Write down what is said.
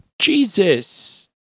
Jesus